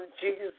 Jesus